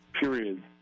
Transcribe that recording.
period